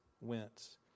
went